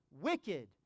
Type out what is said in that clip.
wicked